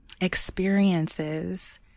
experiences